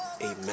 amen